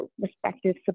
respective